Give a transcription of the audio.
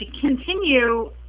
continue